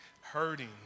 hurting